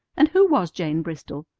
and who was jane bristol?